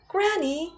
Granny